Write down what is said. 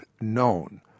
known